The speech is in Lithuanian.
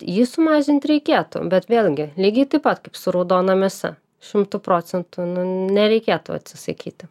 jį sumažint reikėtų bet vėlgi lygiai taip pat kaip su raudona mėsa šimtu procentų nereikėtų atsisakyti